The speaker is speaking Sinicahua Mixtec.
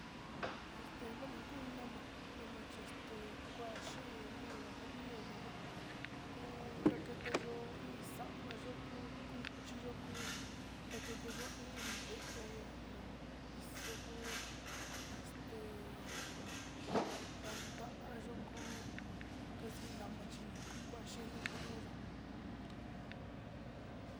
Este bueno njaoin iin nama nama chexte kuaxhin nuu, nio nama kon ndakete yo'o iin, iin xaon yo'o kuu kuyoko ndakeyua iin inivéno'o pizo kuu este ndandayo kuu kaxi nama chí kuachi no njaneoyo.